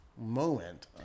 moment